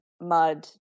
mud